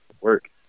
work